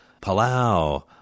Palau